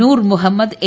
Noor Muhammad A